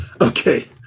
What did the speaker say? Okay